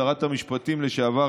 שרת המשפטים לשעבר,